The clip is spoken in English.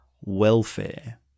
Welfare